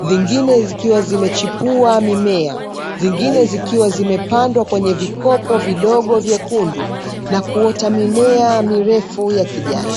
zingine zikiwa zimechipua mimea, zingine zikiwa zimepandwa kwenye vikopo vidogo vyekundu na kuota mimea mirefu ya kijani.